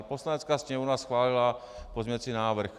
Poslanecká sněmovna schválila pozměňovací návrh.